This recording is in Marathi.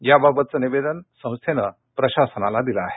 याबाबतचं निवेदन संस्थेनं प्रशासनाला दिलं आहे